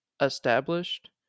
established